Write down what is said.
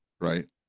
right